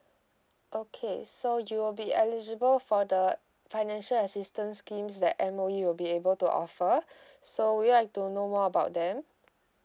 okay so you will be eligible for the financial assistance claims that M_O_E will be able to offer so would you like to know more about them